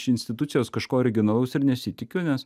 iš institucijos kažko originalaus ir nesitikiu nes